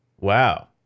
Wow